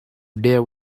there